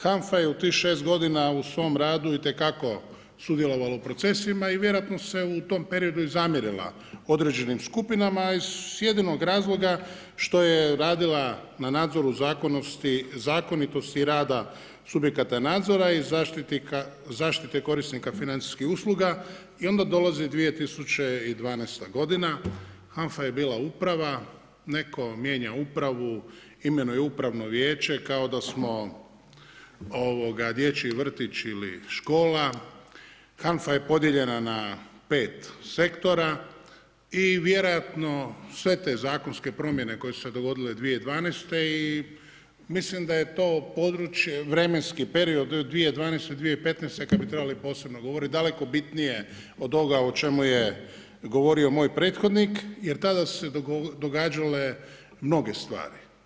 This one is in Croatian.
HANFA je u tih 6 godina u svom radu itekako sudjelovala u procesima i vjerojatno se u tom periodu i zamjerila određenim skupinama iz jedinog razloga što je radila na nadzoru, zakonitosti rada subjekata nadzora i zaštiti korisnika financijskih usluga i onda dolazi 2012. godina, HANFA je bila uprava, netko mijenja upravu, imenuje upravno vijeće kao da smo dječji vrtić ili škola, HANFA je podijeljena na 5 sektora i vjerojatno sve te zakonske promjene koje su se dogodile 2012. i mislim da je to vremenski period od 2012. do 2015. kad bi trebali posebno govoriti daleko bitnije od ovoga o čemu je govorio moj prethodnik jer tada su se događale mnoge stvari.